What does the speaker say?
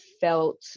felt